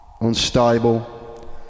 Unstable